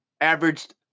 averaged